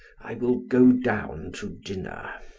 i will go down to dinner.